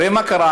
הרי מה קרה?